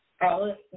Alice